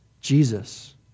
Jesus